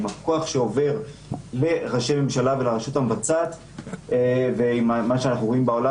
עם הכוח שעובר לראשי ממשלה ולרשות המבצעת ועם מה שאנחנו רואים בעולם,